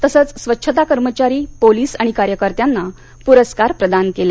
तसंच स्वच्छता कर्मचारी पोलीस आणि कार्यकर्त्यांना प्रस्कार प्रदान केले